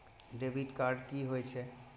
Debit card की होय छे?